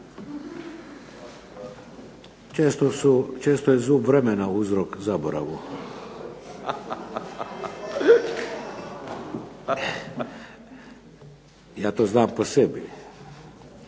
Često je zub vremena uzrok zaboravu, ja to znam po sebi.